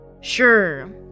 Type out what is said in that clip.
Sure